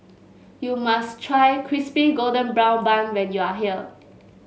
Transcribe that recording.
you must try Crispy Golden Brown Bun when you are here